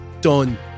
done